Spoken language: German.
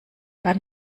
beim